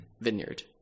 vineyard